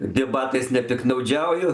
debatais nepiktnaudžiauju